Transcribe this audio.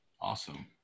Awesome